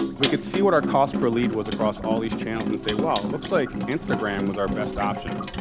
we could see what our cost per lead was across all these channels and say well, it looks like instagram was our best option.